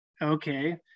okay